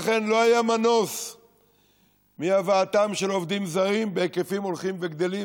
לכן לא היה מנוס מהבאתם של עובדים זרים בהיקפים הולכים וגדלים,